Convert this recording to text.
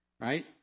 right